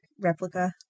replica